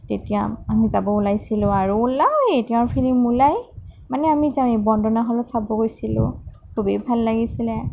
তেতিয়া আমি যাব ওলাইছিলোঁ আৰু ওলাওঁৱে তেওঁৰ ফিল্ম ওলায় মানে আমি যাওঁৱে বন্দনা হলত চাব গৈছিলোঁ খুবেই ভাল লাগিছিলে